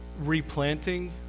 replanting